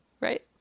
right